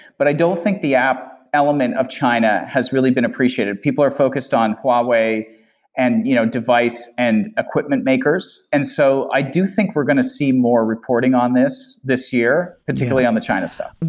but i don't think the app element of china has really been appreciated. people are focused on huawei and you know device and equipment makers. and so i do think we're going to see more reporting on this this year, particularly on the china stuff.